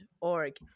org